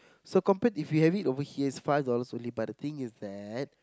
so compare if you have it over here five dollars but the things you said